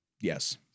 Yes